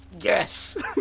yes